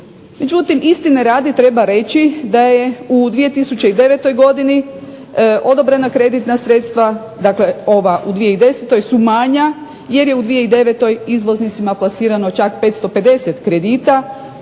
Međutim, istine radi treba reći da je u 2009. godini odobrena kreditna sredstva dakle ova u 2010. su manja jer je u 2009. izvoznicima plasirano čak 550 kredita